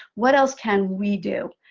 what else can we do?